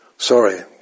Sorry